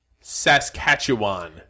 Saskatchewan